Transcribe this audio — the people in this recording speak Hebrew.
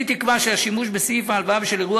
אני תקווה שהשימוש בסעיף ההלוואה בשל אירוע